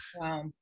Wow